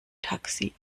taxi